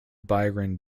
byron